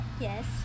Yes